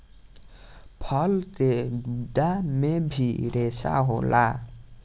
फल के गुद्दा मे भी रेसा होला